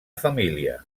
família